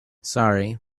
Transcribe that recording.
sorry